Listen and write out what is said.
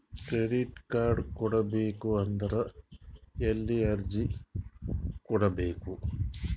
Credit card ಪಡಿಬೇಕು ಅಂದ್ರ ಎಲ್ಲಿ ಅರ್ಜಿ ಕೊಡಬೇಕು?